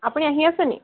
আপুনি আহি আছে নেকি